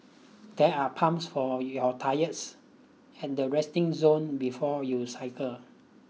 there are pumps for your tyres and the resting zone before you cycle